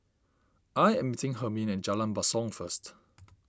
I am meeting Hermine at Jalan Basong first